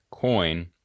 Coin